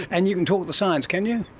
and you can talk the science, can you?